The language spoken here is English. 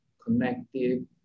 connected